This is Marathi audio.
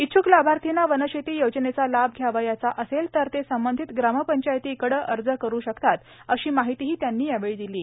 इच्छुक लाभार्थींना वनशेती योजनेचा लाभ घ्यावयाचा असेल तर ते संबंधित ग्रामपंचायतीकडे अर्ज करू शकतातए अशी माहितीही त्यांनी दिली आहे